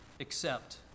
Accept